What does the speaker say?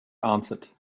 answered